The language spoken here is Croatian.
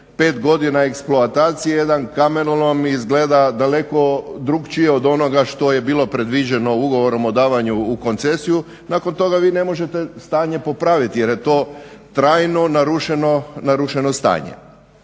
5 godina eksploatacije jedan kamenolom izgleda daleko drukčije od onoga što je bilo predloženo ugovorom o davanju u koncesiju. Nakon toga vi ne možete stanje popraviti, jer je to trajno narušeno stanje.